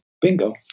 bingo